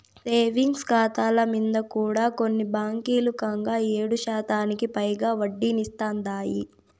savings కాతాల మింద కూడా కొన్ని బాంకీలు కంగా ఏడుశాతానికి పైగా ఒడ్డనిస్తాందాయి